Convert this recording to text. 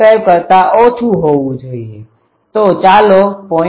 5 કરતા ઓછું હોવું જોઈએ તો ચાલો 0